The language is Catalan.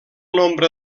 nombre